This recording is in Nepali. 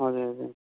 हजुर हजुर